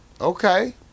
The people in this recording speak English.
Okay